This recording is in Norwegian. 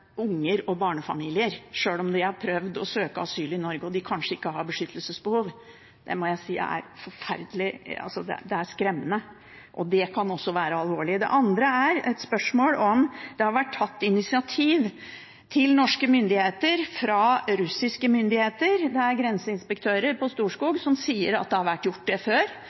unger og barnefamilier sjøl om de har prøvd å søke asyl i Norge og de kanskje ikke har beskyttelsesbehov. Det må jeg si er forferdelig. Det er skremmende, og det kan også være alvorlig. Det andre er et spørsmål om det har vært tatt initiativ overfor norske myndigheter fra russiske myndigheter. Det er grenseinspektører på Storskog som sier at det har vært gjort før. Jeg har spurt justisminister Anundsen om det